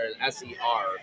s-e-r